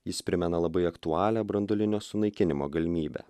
jis primena labai aktualią branduolinio sunaikinimo galimybę